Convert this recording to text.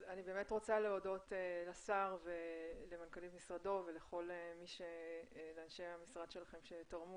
אני באמת רוצה להודות לשר ולמנכ"לית משרדו ולאנשי המשרד שלכם שתרמו